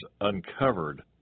uncovered